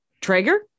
Traeger